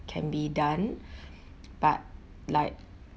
can be done but like